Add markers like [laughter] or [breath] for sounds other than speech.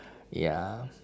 [breath] ya